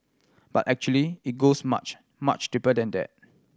but actually it goes much much deeper than that